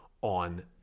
on